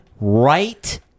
right